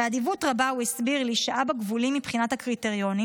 באדיבות רבה הוא הסביר לי שאבא גבולי מבחינת הקריטריונים,